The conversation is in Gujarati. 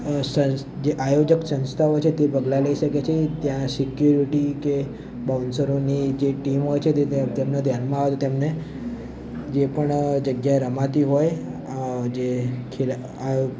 સંસ જે આયોજક સંસ્થાઓ છે તે પગલાં લઈ શકે છે ત્યાં સિક્યુરિટી કે બાઉન્સરોની જે ટીમ હોય છે તે તેમને ધ્યાનમાં આવે તેમને જે પણ જગ્યાએ રમાતી હોય જે આ જે રમત ત્યાં